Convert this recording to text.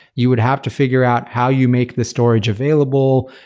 you would have to figure out how you make the storage available.